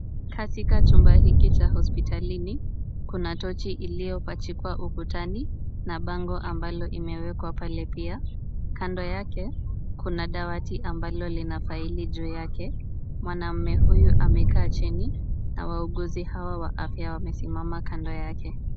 Katika chumba hiki cha hospitalini kuna tochi iliopachikwa ukutani na pango ambalo imewekwa pale pia. Kando yake kuna dawati ambalo lina faili juu yake mwanamme huyu amekaa chini na wauguzi hawa wamesimama kando yake.